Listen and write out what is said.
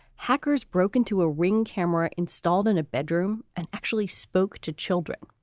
hackers broke into a ring camera installed in a bedroom and actually spoke to children.